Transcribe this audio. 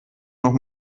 noch